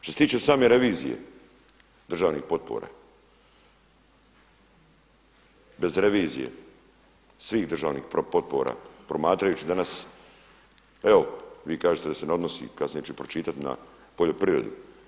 Što se tiče same revizije državnih potpora, bez revizije svih državnih potpora promatrajući danas, evo vi kažete da se ne odnosi kasnije ću pročitati, na poljoprivredu.